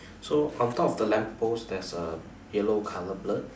so on top of the lamp post there's a yellow color bird